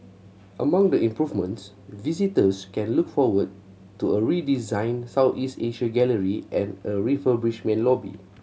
among the improvements visitors can look forward to a redesigned Southeast Asia gallery and a refurbished main lobby